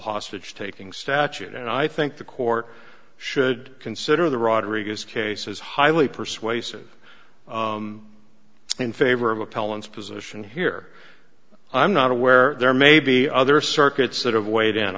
hostage taking statute and i think the court should consider the rodriguez case is highly persuasive in favor of palin's position here i'm not aware there may be other circuits that have weighed in